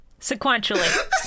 sequentially